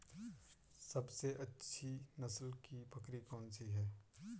सबसे अच्छी नस्ल की बकरी कौन सी है?